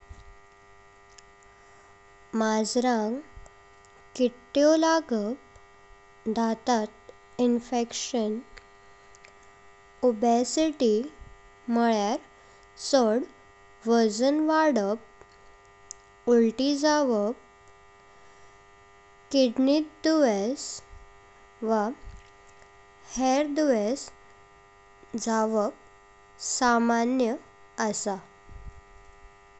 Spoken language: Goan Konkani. माझराांक कित्त्यो लागत, दांतांत इन्फेक्शन, ओबेसिटी म्हल्यार छड वजन वाढत। उलटी जावत, वा किड्नींत दुयेस वा हेर दुयेस जावत सामान्य असं।